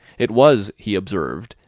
it was, he observed,